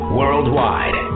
worldwide